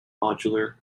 modular